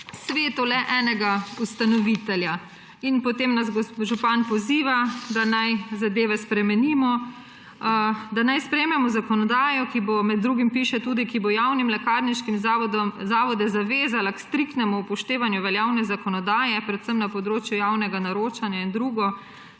svetu le enega ustanovitelja. In potem nas župan poziva, da naj zadeve spremenimo, da naj sprejmemo zakonodajo, ki bo med drugim, piše tudi, ki bo javne lekarniške zavode zavezala k striktnemu upoštevanju veljavne zakonodaje predvsem na področju javnega naročanja in drugo,